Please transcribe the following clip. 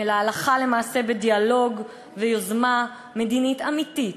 אלא הלכה למעשה בדיאלוג ויוזמה מדינית אמיתית,